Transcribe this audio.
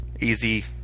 easy